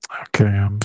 Okay